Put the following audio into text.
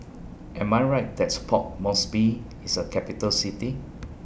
Am I Right that's Port Moresby IS A Capital City